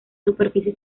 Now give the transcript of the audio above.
superficie